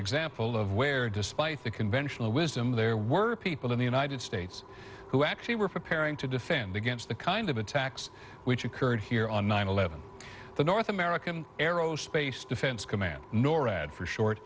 example of where despite the conventional wisdom there were people in the united states who actually were preparing to defend against the kind of attacks which occurred here on nine eleven the north american aerospace defense command norad for short